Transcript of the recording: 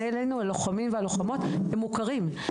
אלינו - הלוחמים והלוחמות - הם מוכרים.